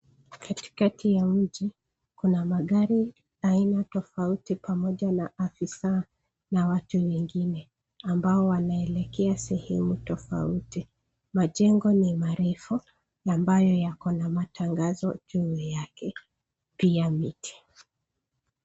Katikati ya mji kuna magari aina tofauti pamoja na afisa na watu wengine ambao wanaelekea sehemu tofauti. Majengo ni marefu ambayo yako na matangazo juu yake pia miti.